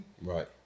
right